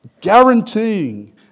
guaranteeing